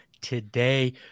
today